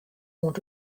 oant